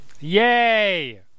Yay